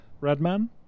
Redman